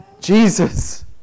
Jesus